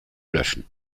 löschen